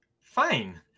Fine